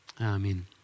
Amen